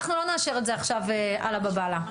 אנחנו לא נאשר את זה עכשיו, עלא באב אללה.